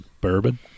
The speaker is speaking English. bourbon